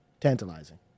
tantalizing